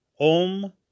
Om